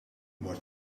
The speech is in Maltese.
mort